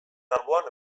alboan